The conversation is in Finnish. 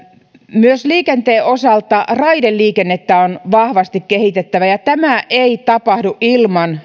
myös liikenteen osalta raideliikennettä on vahvasti kehitettävä ja tämä ei tapahdu ilman